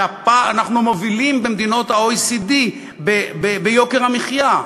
לזה שאנחנו מובילים במדינות ה-OECD ביוקר המחיה.